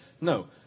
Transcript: no